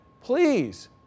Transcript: please